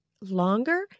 longer